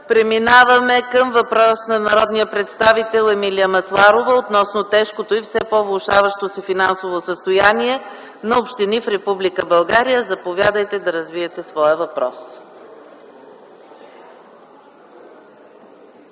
Преминаваме към въпрос от народния представител Емилия Масларова относно тежкото и все по-влошаващо се финансово състояние на общини в Република България. Заповядайте да развиете своя въпрос.